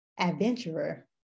Adventurer